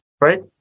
right